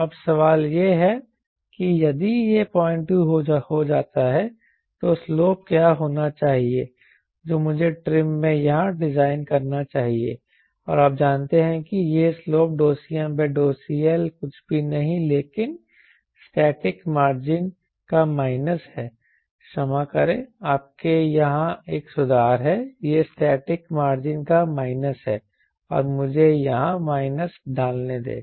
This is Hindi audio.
अब सवाल यह है कि यदि यह 02 हो जाता है तो स्लोप क्या होना चाहिए जो मुझे ट्रिम में यहाँ डिज़ाइन करना चाहिए और आप जानते हैं कि यह स्लोप CmCL कुछ भी नहीं है लेकिन स्टैटिक मार्जिन का माइनस है क्षमा करें आपके यहाँ एक सुधार है यह स्टैटिक मार्जिन का माइनस है और मुझे यहां माइनस डालने दें